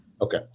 Okay